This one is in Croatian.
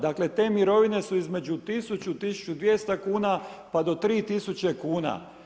Dakle, te mirovine su između 1000-1200 kuna pa do 3000 kuna.